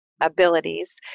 abilities